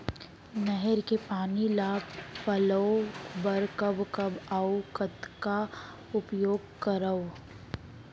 नहर के पानी ल पलोय बर कब कब अऊ कतका उपयोग करंव?